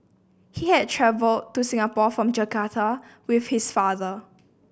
he had travelled to Singapore from Jakarta with his father